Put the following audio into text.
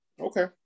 Okay